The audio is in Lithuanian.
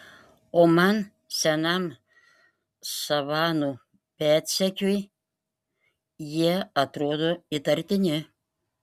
o man senam savanų pėdsekiui jie atrodo įtartini